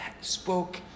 spoke